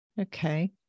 Okay